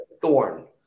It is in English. thorn